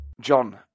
John